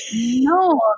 no